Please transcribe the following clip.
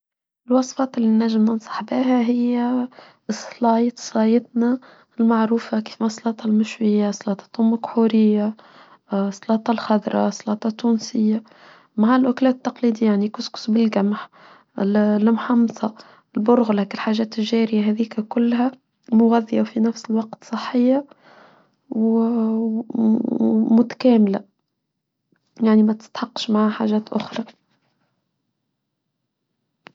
الوصفات اللي نجم ننصح بها هي الصلاة الصايدنة المعروفة كما صلاة المشوية، صلاة الطوم كحورية، صلاة الخضراء، صلاة تونسية مع الأكلات التقليدية يعني كسكس بالقمح، المحمصة، البرغلك، الحاجات الجارية هذيك كلها مغذية وفي نفس الوقت صحية ومتكاملة يعني ما تستحقش معها حاجات أخرى.